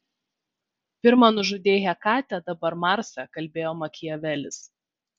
pirma nužudei hekatę dabar marsą kalbėjo makiavelis